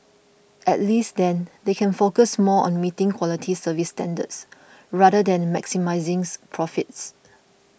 at least then they can focus more on meeting quality service standards rather than maximising profits